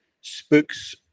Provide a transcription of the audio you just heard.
spooks